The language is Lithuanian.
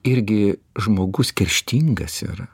irgi žmogus kerštingas yra